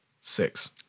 Six